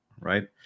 right